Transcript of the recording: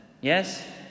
Yes